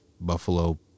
Buffalo